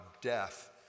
death